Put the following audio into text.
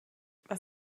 was